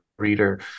reader